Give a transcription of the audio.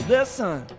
Listen